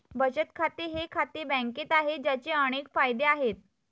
बचत खाते हे खाते बँकेत आहे, ज्याचे अनेक फायदे आहेत